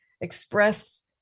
express